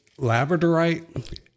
labradorite